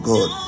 God